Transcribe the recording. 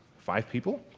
five people?